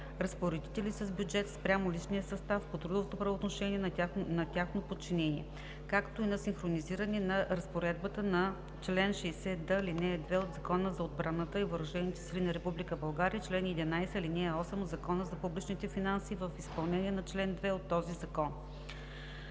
разпоредители с бюджет, спрямо личния състав по трудово правоотношение на тяхно подчинение; както и синхронизиране на разпоредбата на чл. 60д, ал. 2 от Закона за отбраната и въоръжените сили на Република България и чл. 11, ал. 8 от Закона за публичните финанси в изпълнение на чл. 2 от този закон.